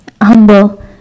humble